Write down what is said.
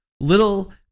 little